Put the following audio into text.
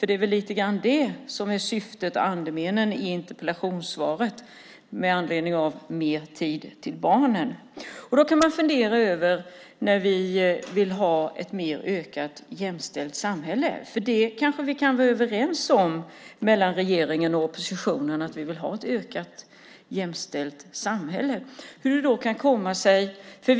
Det är väl lite grann det som är syftet och andemeningen i interpellationssvaret, med anledning av mer tid till barnen. Vi kanske kan vara överens om, regeringen och oppositionen, att vi vill ha ett mer jämställt samhälle. Då kan man fundera över något.